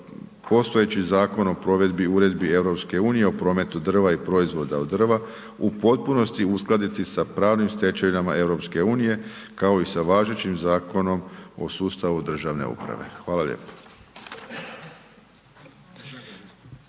postojeći Zakon o provedbi uredbi EU o prometu drva i proizvoda od drva u potpunosti uskladiti sa pravnim stečevinama EU, kao i sa važećim Zakonom o sustavu državne uprave. Hvala lijepo.